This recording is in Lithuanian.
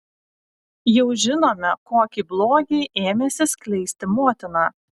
jau žinome kokį blogį ėmėsi skleisti motina